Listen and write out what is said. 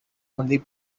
only